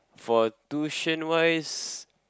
for tuition wise